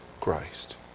Christ